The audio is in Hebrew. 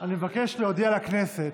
אני מבקש להודיע לכנסת,